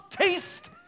taste